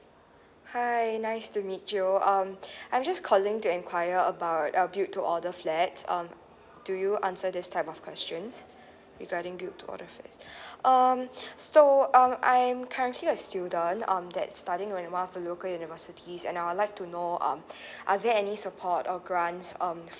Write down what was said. hi nice to meet you um I'm just calling to inquire about a build to order flats um do you answer this type of questions regarding build to order flat um so um I'm currently a student um that studying in one of the local universities and I would like to know um are there any support or grants um